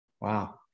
wow